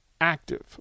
active